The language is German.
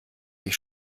ich